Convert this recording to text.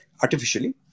artificially